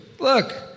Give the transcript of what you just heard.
Look